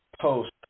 post